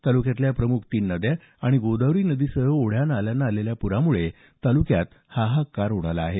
ताल्क्यातल्या प्रमुख तीन नद्या आणि गोदावरी नदीसह ओढ्या नाल्यांना आलेल्या पुरामुळे तालुक्यात हाहाकार उडाला आहे